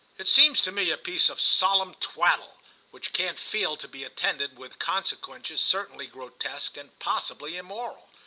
it seems to me a piece of solemn twaddle which can't fail to be attended with consequences certainly grotesque and possibly immoral.